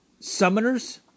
Summoners